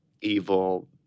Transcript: evil